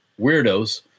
weirdos